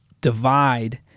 divide